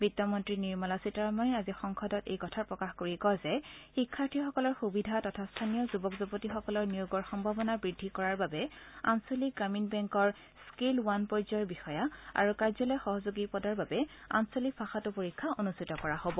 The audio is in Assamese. বিত্ত মন্ত্ৰী নিৰ্মলা সীতাৰমনে আজি সংসদত এই কথা প্ৰকাশ কৰি কয় যে শিক্ষাৰ্থীসকলৰ সুবিধা তথা স্থানীয় যুৱক যুৱতীসকলৰ নিয়োগৰ সম্ভাৱনা বৃদ্ধি কৰাৰ বাবে আঞ্চলিক গ্ৰামীণ বেংকৰ স্থেল ৱান পৰ্য্যায়ৰ বিষয়া আৰু কাৰ্য্যালয় সহযোগী পদৰ বাবে আঞ্চলিক ভাষাতো পৰীক্ষা অনুষ্ঠিত কৰা হ'ব